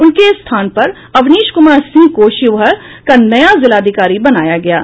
उनके स्थान पर अवनीश कुमार सिंह को शिवहर का नया जिलाधिकारी बनाया गया है